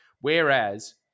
Whereas